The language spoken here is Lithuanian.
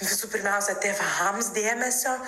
visų pirmiausia tėvams dėmesio